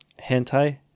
hentai